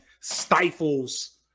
stifles